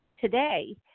today